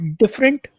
different